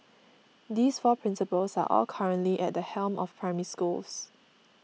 these four principals are all currently at the helm of Primary Schools